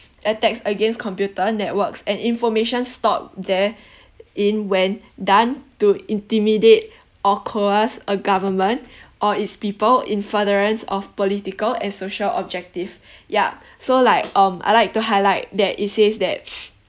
attacks against computer networks and information stored there in when done to intimidate or coerce a government or its people in furtherance of political and social objective ya so like um I like to highlight that it says that